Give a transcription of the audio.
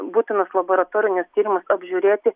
būtinus laboratorinius tyrimus apžiūrėti